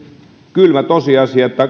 kylmä tosiasia